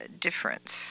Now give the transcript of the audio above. difference